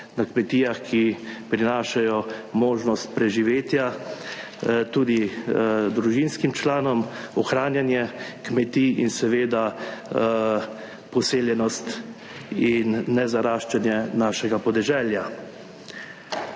na kmetijah, ki prinašajo možnost preživetja tudi družinskim članom, ohranjanje kmetij in seveda poseljenost in ne zaraščanje našega podeželja.